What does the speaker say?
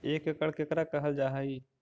एक एकड़ केकरा कहल जा हइ?